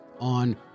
on